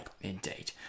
Indeed